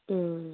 ꯎꯝ